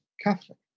Catholic